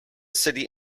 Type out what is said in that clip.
city